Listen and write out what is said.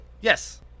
Yes